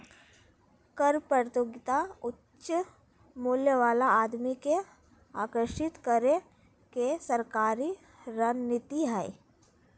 कर प्रतियोगिता उच्च मूल्य वाला आदमी के आकर्षित करे के सरकारी रणनीति हइ